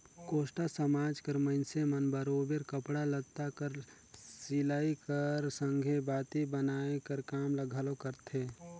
कोस्टा समाज कर मइनसे मन बरोबेर कपड़ा लत्ता कर सिलई कर संघे बाती बनाए कर काम ल घलो करथे